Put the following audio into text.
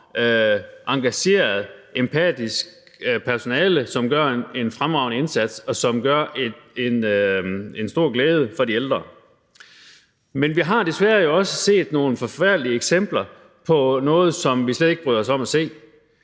engageret, empatisk personale, som gør en fremragende indsats, og som gør en stor glæde for de ældre. Men vi har jo desværre også set nogle forfærdelige eksempler på noget, som vi slet ikke bryder os om at se.